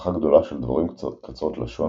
משפחה גדולה של דבורים קצרות לשון,